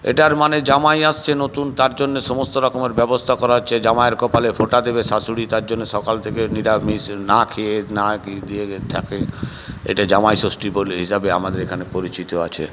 এটার মানে জামাই আসছে নতুন তার জন্য সমস্ত রকমের ব্যবস্থা করা হচ্ছে জামাইয়ের কপালে ফোঁটা দেবে শাশুড়ি তার জন্য সকাল থেকে নিরামিষ না খেয়ে না দেয়ে থাকে এটা জামাইষষ্ঠী বলে হিসাবে আমাদের এখানে পরিচিত আছে